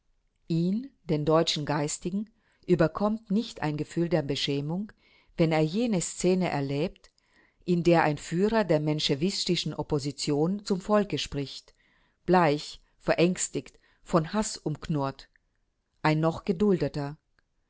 ihn den deutschen geistigen überkommt nicht ein gefühl der beschämung wenn er jene szene erlebt in der ein führer der menschewistischen opposition zum volke spricht bleich verängstigt von haß umknurrt ein noch geduldeter